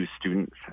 students